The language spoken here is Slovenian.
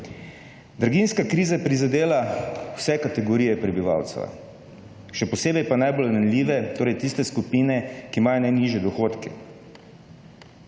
Draginjska kriza je prizadela vse kategorije prebivalcev, še posebej pa najbolj ranljive, torej tiste skupine, ki imajo najnižje dohodke.